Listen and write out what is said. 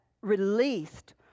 released